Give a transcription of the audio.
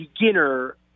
beginner